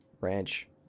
ranch